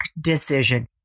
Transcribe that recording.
decision